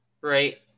right